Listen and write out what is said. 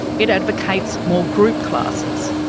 it advocates more group classes,